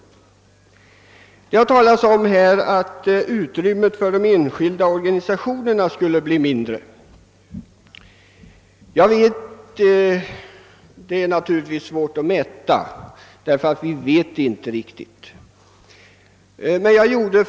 Det har i sammanhanget sagts att utrymmet för de enskilda organisationerna då blir mindre men effekten där är naturligtvis svår att mäta. Vi vet inte hur därmed förhåller sig.